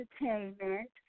Entertainment